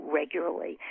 regularly